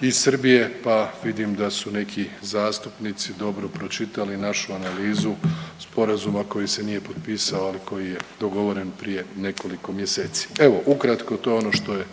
i Srbije, pa vidim da su neki zastupnici dobro pročitali našu analizu sporazuma koji se nije potpisao, ali koji je dogovoren prije nekoliko mjeseci. Evo ukratko to je ono što je